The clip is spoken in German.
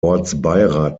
ortsbeirat